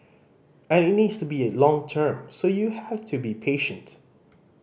and it needs to be long term so you have to be patient